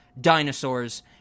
Dinosaurs